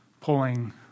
pulling